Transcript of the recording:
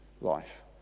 life